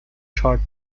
chart